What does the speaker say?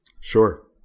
Sure